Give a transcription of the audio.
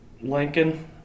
Lincoln